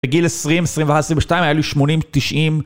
בגיל עשרים, עשרים ואחת, עשרים ושתיים, היה לי שמונים תשעים.